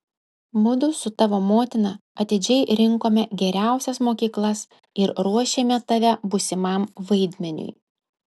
mudu su tavo motina atidžiai rinkome geriausias mokyklas ir ruošėme tave būsimam vaidmeniui